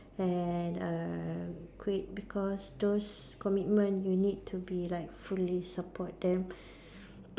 and are great because those commitment you need to be like fully support them